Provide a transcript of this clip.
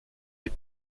les